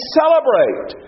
celebrate